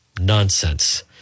nonsense